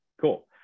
cool